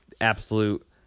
absolute